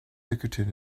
bickerton